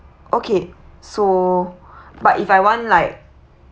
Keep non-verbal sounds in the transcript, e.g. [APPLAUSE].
okay so [BREATH] but if I want like